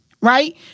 Right